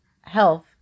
health